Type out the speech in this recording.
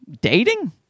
dating